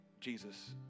Jesus